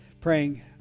praying